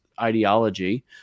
ideology